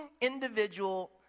individual